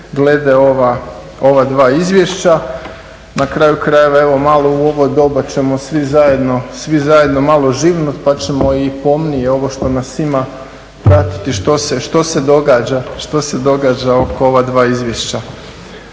glede ova 2 izvješća. Na kraju krajeva, evo malo u ovo doba ćemo svi zajedno malo živnuti pa ćemo i pomnije ovo što nas ima pratiti što se događa oko ova 2 izvješća.